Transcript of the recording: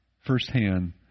firsthand